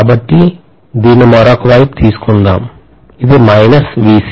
కాబట్టి దీన్ని మరొక వైపు తీసుకుందాం ఇది మైనస్ Vc